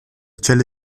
celle